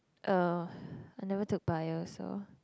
uh I never took bio so